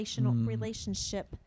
Relationship